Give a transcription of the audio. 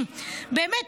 באמת.